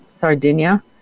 Sardinia